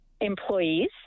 employees